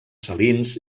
salins